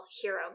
hero